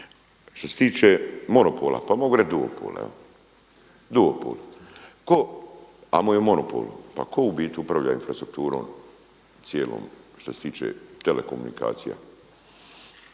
Što se tiče monopola, pa mogu reć duopola, duopol, amo je monopol. Pa tko u biti upravlja infrastrukturom cijelom što se tiče telekomunikacija?